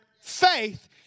faith